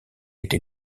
été